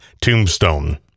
tombstone